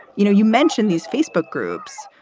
you know, you mentioned these facebook groups.